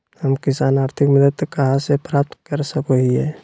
हम किसान आर्थिक मदत कहा से प्राप्त कर सको हियय?